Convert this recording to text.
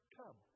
come